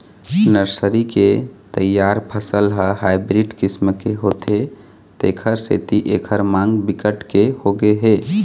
nursery के तइयार फसल ह हाइब्रिड किसम के होथे तेखर सेती एखर मांग बिकट के होगे हे